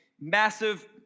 massive